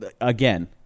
Again